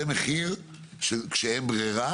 זה מחיר של כשאין ברירה